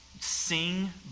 sing